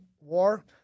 war